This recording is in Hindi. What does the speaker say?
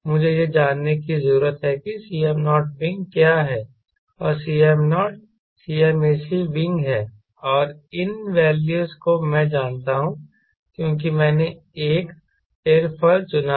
मुझे यह जानने की जरूरत है कि Cm0W क्या है और Cm0W Cmac विंग है और इन वैल्यूज़ को मैं जानता हूं क्योंकि मैंने एक एयरोफॉयल चुना था